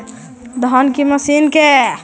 धान की मशीन के कितना दाम रहतय?